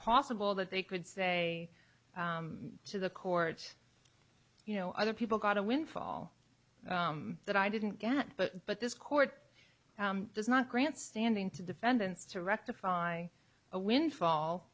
possible that they could say to the court you know other people got a windfall that i didn't get but but this court is not grandstanding to defendants to rectify a windfall